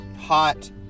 hot